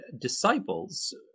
disciples